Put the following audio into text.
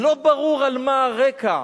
לא ברור מה הרקע,